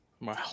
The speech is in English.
Wow